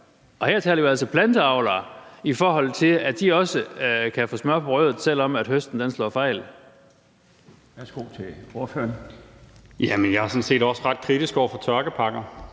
her taler vi altså planteavlere, i forhold til at de også kan få smør på brødet, selv om høsten slår fejl.